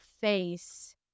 face